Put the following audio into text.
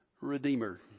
redeemer